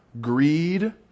greed